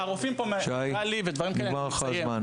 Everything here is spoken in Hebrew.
שי, נגמר לך הזמן.